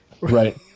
Right